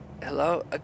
hello